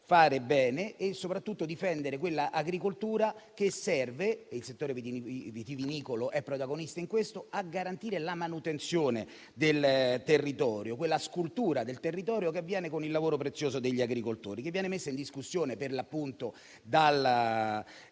fare bene e soprattutto difendere quell'agricoltura che serve - e il settore vitivinicolo è protagonista in questo - a garantire la manutenzione del territorio, quella scultura del territorio che avviene con il lavoro prezioso degli agricoltori e che viene messa in discussione dalla